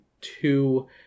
two